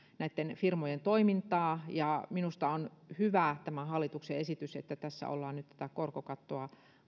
näitten firmojen toimintaa minusta tämä hallituksen esitys on hyvä siinä että tässä ollaan nyt tätä korkokattoa